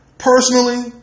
Personally